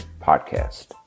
podcast